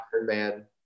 man